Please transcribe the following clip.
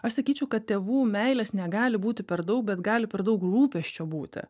aš sakyčiau kad tėvų meilės negali būti per daug bet gali per daug rūpesčio būti